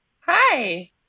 Hi